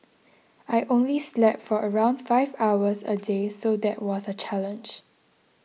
I only slept for around five hours a day so that was a challenge